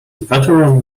veteran